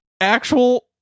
actual